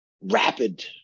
rapid